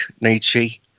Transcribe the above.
Nietzsche